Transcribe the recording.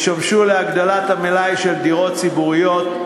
ישמשו להגדלת המלאי של הדירות הציבוריות,